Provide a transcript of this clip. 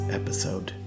episode